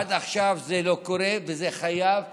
עד עכשיו זה לא קורה, וזה חייב לקרות.